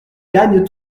gagne